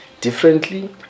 differently